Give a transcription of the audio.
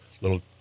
little